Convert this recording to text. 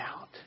out